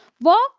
Walk